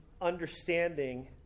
understanding